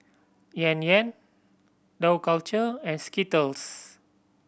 Yan Yan Dough Culture and Skittles